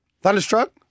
Thunderstruck